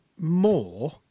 more